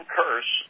curse